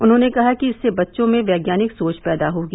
उन्होंने कहा कि इससे बच्चों में वैज्ञानिक सोच पैदा होगी